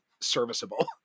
serviceable